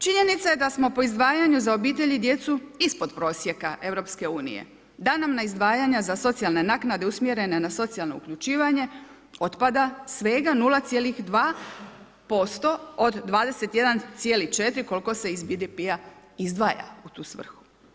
Činjenica je da smo po izdvajanju za obitelj i djecu ispod prosjeka EU, da nam na izdvajanja za socijalne naknade usmjerene na socijalno uključivanje otpada svega 0,2% od 21,4 koliko se iz BDP-a izdvaja u tu svrhu.